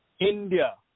India